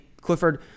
Clifford